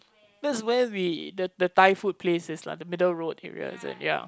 that's where we the the Thai food place is lah the Middle Road area is it ya